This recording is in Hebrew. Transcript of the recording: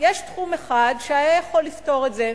יש תחום אחד שיכול לפתור את זה,